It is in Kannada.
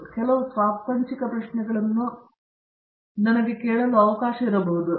ಆದ್ದರಿಂದ ಕೆಲವು ಪ್ರಾಪಂಚಿಕ ಪ್ರಶ್ನೆಗಳನ್ನು ನನಗೆ ಕೇಳಲು ಅವಕಾಶ ಇರಬಹುದು